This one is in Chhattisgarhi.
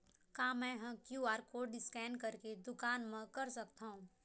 का मैं ह क्यू.आर कोड स्कैन करके दुकान मा कर सकथव?